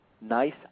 nice